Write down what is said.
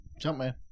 Jumpman